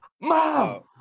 Mom